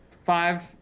five